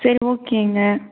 சரி ஓகேங்க